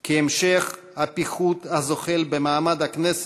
כי המשך הפיחות הזוחל במעמד הכנסת,